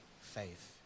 faith